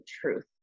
truth